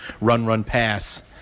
run-run-pass